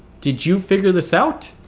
did you figure this out?